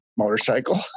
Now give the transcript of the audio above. motorcycle